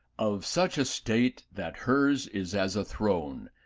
of such estate, that hers is as a throne,